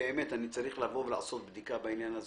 שצריך לעשות בדיקה של